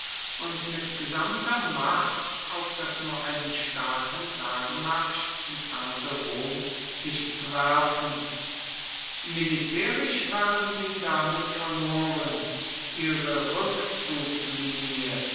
und mit gesamter macht auf das nur einen starken tagemarsch entfernte rom sich zu werfen militärisch waren sie damit verloren ihre rückzugslinie